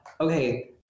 okay